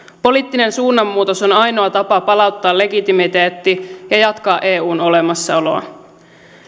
poliittinen suunnanmuutos on ainoa tapa palauttaa legitimiteetti ja jatkaa eun olemassaoloa